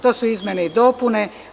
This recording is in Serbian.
To su izmene i dopune.